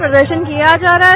प्रदर्शन किया जा रहा है